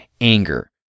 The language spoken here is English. anger